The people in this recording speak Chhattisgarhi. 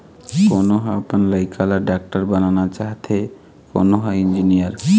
कोनो ह अपन लइका ल डॉक्टर बनाना चाहथे, कोनो ह इंजीनियर